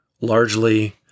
largely